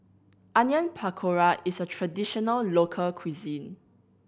Onion Pakora is a traditional local cuisine